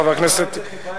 חבר הכנסת,